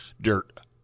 Dirt